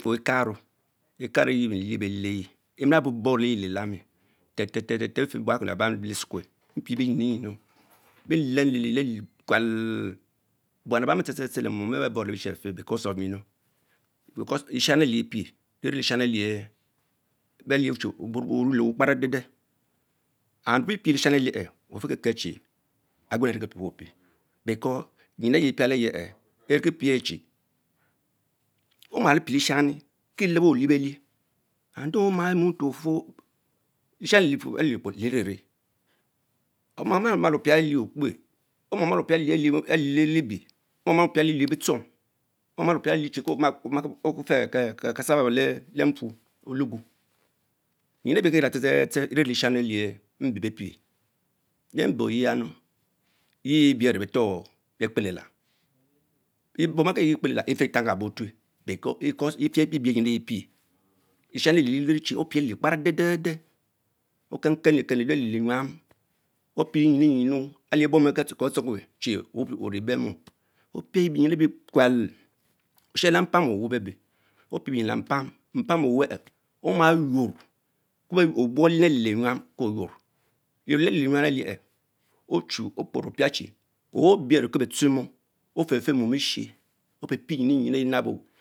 , mfuu ekaro, Ekaro yie mie leather Leyi, emila boboro leyiel elani fer ter fer milen buakuen abang be Esukuel, Emilem eyiel elke kuell lonom ebamie tepe len moon eliburne lebioni afer bes because of jins nghans elie pre belaule n Levie Mohani elie oni orice ukpara deden and mpipie leshonn cich, bekechme agbenu ariki piewepie becaus nyin enh vie prale yehe enki pie chie, omalo pielesham kie elebo onepelich ademalo munto otnou lesham alikpo lenne oma- mal opish lenoepe, omamal opah elie liliebee, omamal opish lee bitchong, omamal opiah Le kish fen casava leh mpno, olugo, Bienyou ebia tre tot tse tsen bierne lesham live mbe bepien, led mbeyamu yice bice enetor bekpelelam. Bom ber-kpeyiekee lelan yie the tannka bo otue becanse yie bebee nyin ehe pieh, eeieye rie lee chie opien le kparadeden den, okanke liken eench alie the nyans opre nyinn nyima alich bom ke beh Ashikwe cene one ebayh mom opich beyin abie kuel, oshena- mpaan oven bebee oprebenyin Lan mpam, mpan over en ona yur bhong lema ecienyan ko yuor, Liyiel alice lee main clien, ochu expere opiscine abi ane kaznen mom, afen fer mom estine, opiepie nyinu nyinu eyie nabowee.,